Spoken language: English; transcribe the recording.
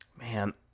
Man